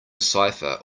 cipher